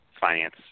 finance